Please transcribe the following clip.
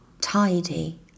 tidy